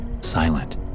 silent